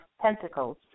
Pentacles